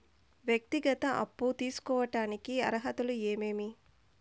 వ్యక్తిగత అప్పు తీసుకోడానికి అర్హతలు ఏమేమి